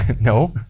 no